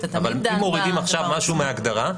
אם מורידים עכשיו משהו מההגדרה,